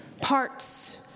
parts